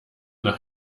nach